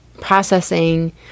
Processing